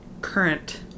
current